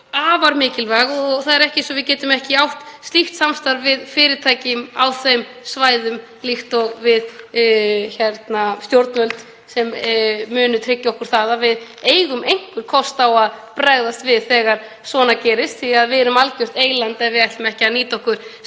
afar mikilvægt. Það er ekki svo að við getum ekki átt slíkt samstarf við fyrirtæki á þeim svæðum líkt og við stjórnvöld, sem mun tryggja okkur að við eigum einhvern kost á að bregðast við þegar svona gerist, því að við erum algjört eyland ef við ætlum ekki að nýta okkur stærri